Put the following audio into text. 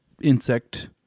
insect